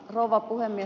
rouva puhemies